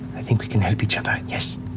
i think we can help each other, yes?